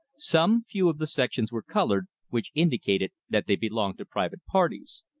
some few of the sections were colored, which indicated that they belonged to private parties.